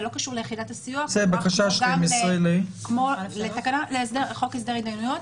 זה לא קשור ליחידת הסיוע -- -לחוק הסדר התדיינויות,